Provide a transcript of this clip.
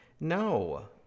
no